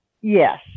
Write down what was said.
Yes